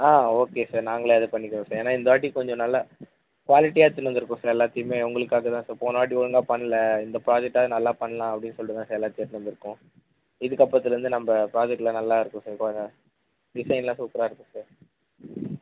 ஆ okay sir நாங்களே இது பண்ணிக்கிறோம் சார் ஏன்னால் இந்த வாட்டி கொஞ்சம் நல்லா குவாலிட்டியாக எடுத்துன்னு வந்திருோம் சார் எல்லாத்தையுமே உங்களுக்காக தான் சார் போன வாட்டி ஒழுங்காக பண்ணல இந்த ப்ராஜெக்டாவது நல்லா பண்ணலாம் அப்படின்னு சொல்லிட்டு தான் சார் எல்லாத்தை எடுத்துன்னு வந்திருக்கோம் இதுக்கப்பறத்துலேருந்து நம்ம ப்ராஜெக்ட்டில் நல்லா இருக்கும் சார் பாருங்கள் டிசைனெலாம் சூப்பராக இருக்கும் சார்